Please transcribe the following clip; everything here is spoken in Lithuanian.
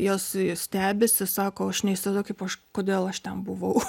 jos stebisi sako aš neįsivaizduoju kaip aš kodėl aš ten buvau